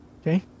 Okay